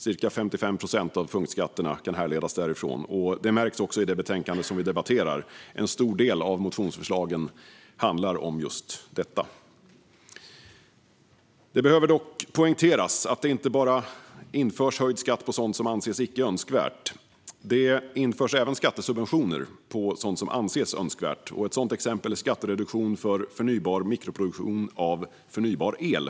Cirka 55 procent av punktskatterna kan härledas därifrån. Det märks också i det betänkande som vi nu debatterar. En stor del av motionsförslagen handlar om just detta. Det behöver dock poängteras att det inte bara införs höjd skatt på sådant som anses icke önskvärt. Det införs även skattesubventioner på sådant som anses önskvärt. Ett sådant exempel är skattereduktionen för förnybar mikroproduktion av förnybar el.